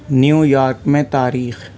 new York میں تاریخ